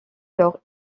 leur